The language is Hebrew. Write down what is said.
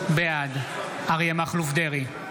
בעד אריה מכלוף דרעי,